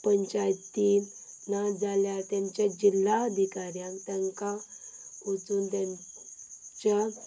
पंचायतीन ना जाल्यार तेमच्या जिल्ला अधिकाऱ्यान तांकां वचून तांच्या